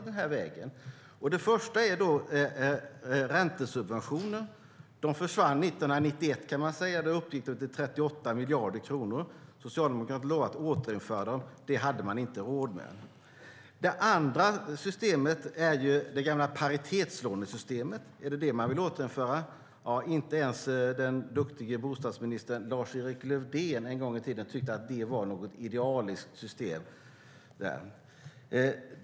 Det första förslaget gäller räntesubventioner. De försvann 1991 och uppgick då till 38 miljarder kronor. Socialdemokraterna lovade att återinföra dem, men det hade man inte råd med. Det andra förslaget är det gamla paritetslånesystemet. Vill man återinföra det? Inte ens den duktige bostadsministern Lars-Erik Lövdén tyckte att det var ett idealiskt system.